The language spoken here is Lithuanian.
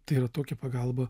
tai yra tokia pagalba